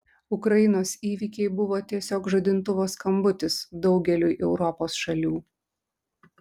ukrainos įvykiai buvo tiesiog žadintuvo skambutis daugeliui europos šalių